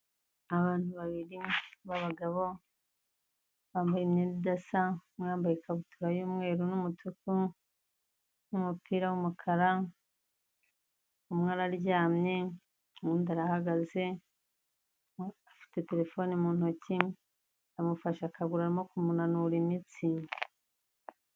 Abantu babiri b'abagabo bambaye imyenda idasa umwe yambaye ikabutura y'umweru n'umutuku n'umupira w'umukara, umwe araryamye undi arahagaze afite terefone mu ntoki amufashe akaguru arimo kumunanura imitsi.